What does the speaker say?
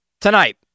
tonight